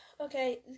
Okay